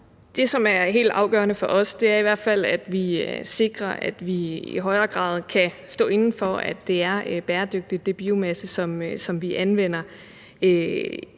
Det, der er helt afgørende for os, er i hvert fald, at vi sikrer, at vi i højere grad kan stå inde for, at den biomasse, som vi anvender